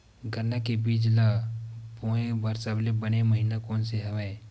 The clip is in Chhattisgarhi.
गन्ना के बीज ल बोय बर सबले बने महिना कोन से हवय?